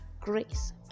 grace